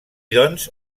doncs